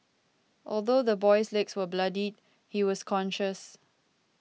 although the boy's legs were bloodied he was conscious